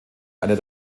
einer